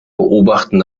beobachten